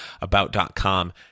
About.com